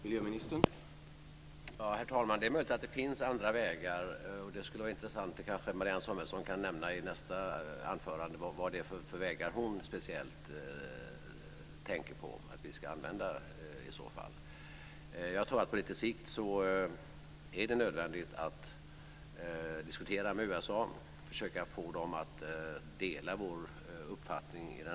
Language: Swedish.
Herr talman! Det är möjligt att det finns andra vägar. Det skulle vara intressant om Marianne Samuelsson kunde nämna i nästa anförande vad det är för vägar som hon speciellt tänker på att vi i så fall ska använda. Jag tror att det på lite sikt är nödvändigt att diskutera med USA och försöka få landet att dela vår uppfattning i frågan.